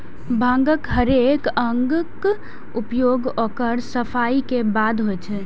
भांगक हरेक अंगक उपयोग ओकर सफाइ के बादे होइ छै